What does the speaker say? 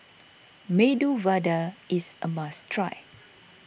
Medu Vada is a must try